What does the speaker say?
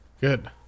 Good